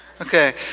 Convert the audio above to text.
Okay